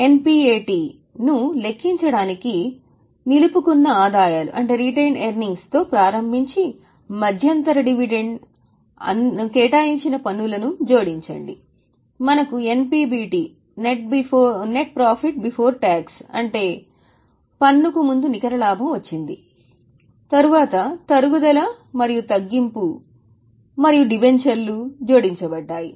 NPAT ను లెక్కించడానికి నిలుపుకున్న ఆదాయాల తో ప్రారంభించి మధ్యంతర డివిడెండ్ అందించిన పన్నులను జోడించండి మనకు NPBT వచ్చింది తరువాత తరుగుదల మరియు తగ్గింపు మరియు డిబెంచర్లు జోడించబడ్డాయి